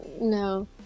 No